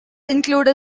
include